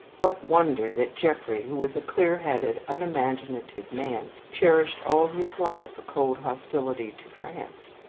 what wonder that jeffrey, who was a clear-headed, unimaginative man, cherished all his life a cold hostility to france?